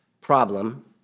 problem